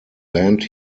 land